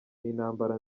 n’intambara